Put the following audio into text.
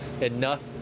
enough